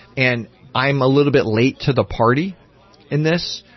and i am a little bit late to the party in this.